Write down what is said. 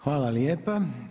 Hvala lijepo.